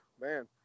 man